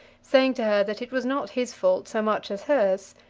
saying to her that it was not his fault so much as hers.